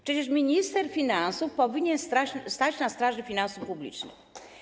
Przecież minister finansów powinien stać na straży finansów publicznych.